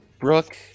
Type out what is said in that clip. Brooke